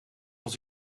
ons